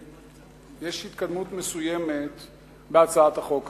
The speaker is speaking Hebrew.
יש התקדמות מסוימת בהצעת החוק הזאת,